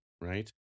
right